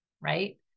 right